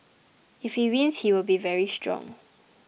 if he wins he will be very strong